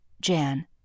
Jan